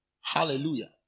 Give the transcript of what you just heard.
Hallelujah